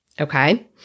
okay